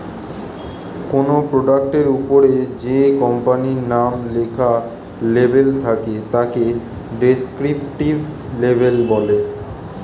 কোনো প্রোডাক্টের ওপরে যে কোম্পানির নাম লেখা লেবেল থাকে তাকে ডেসক্রিপটিভ লেবেল বলে